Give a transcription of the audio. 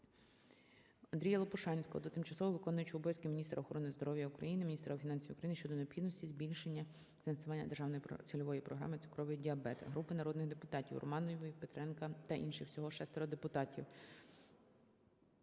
АндріяЛопушанського до тимчасово виконуючої обов'язки міністра охорони здоров'я України, міністра фінансів України щодо необхідності збільшення фінансування державної цільової програми "Цукровий діабет". Групи народних депутатів (Романової, Петренка та інших. Всього 6 депутатів)